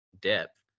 depth